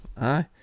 Aye